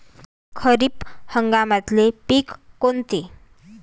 खरीप हंगामातले पिकं कोनते?